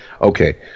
okay